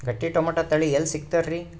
ಗಟ್ಟಿ ಟೊಮೇಟೊ ತಳಿ ಎಲ್ಲಿ ಸಿಗ್ತರಿ?